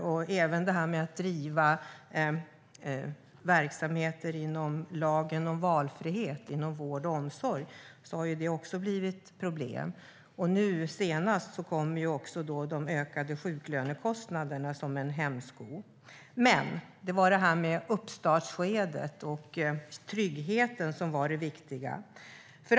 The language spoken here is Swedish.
Det har också blivit problem med att driva verksamheter enligt lagen om valfrihet inom vård och omsorg. Nu senast kom också de ökade sjuklönekostnaderna som en hämsko. Men det var uppstartsskedet och tryggheten som var det viktiga.